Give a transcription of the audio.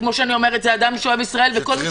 וכמו שאני אומרת זה אדם אוהב ישראל וכל מי